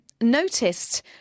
noticed